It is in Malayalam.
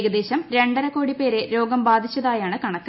ഏകദേശം രണ്ടരക്കോടി പേരെ രോഗം ബാധിച്ചതായാണ് കണക്ക്